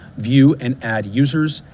view and add users,